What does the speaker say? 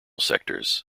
sectors